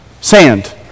Sand